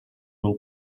will